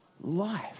life